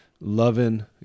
loving